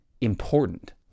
important